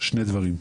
שני דברים.